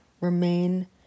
remain